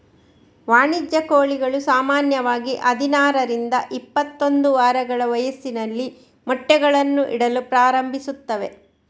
ವಾಣಿಜ್ಯ ಕೋಳಿಗಳು ಸಾಮಾನ್ಯವಾಗಿ ಹದಿನಾರರಿಂದ ಇಪ್ಪತ್ತೊಂದು ವಾರಗಳ ವಯಸ್ಸಿನಲ್ಲಿ ಮೊಟ್ಟೆಗಳನ್ನು ಇಡಲು ಪ್ರಾರಂಭಿಸುತ್ತವೆ